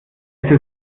ist